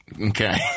Okay